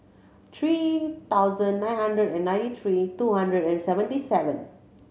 three thousand nine hundred and ninety three two hundred and seventy seven